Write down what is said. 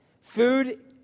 Food